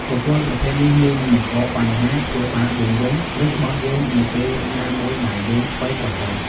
បុគ្គលប្រភេទនេះងាយនឹងបង្កបញ្ហា ធ្វើបាបយើងវិញ ឬក្បត់យើងនៅពេលណាមួយដែលយើងធ្វេសប្រហែស។